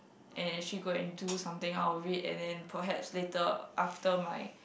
and actually go and do something outreach and perhaps later after my